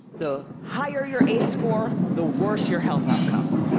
the higher your ace score, the worse your health outcomes.